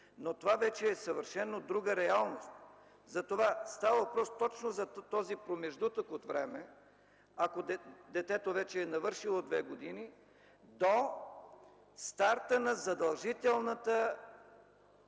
но това вече е съвършено друга реалност. Затова става въпрос, точно за този промеждутък от време – ако детето вече е навършило 2 години, до старта на задължителната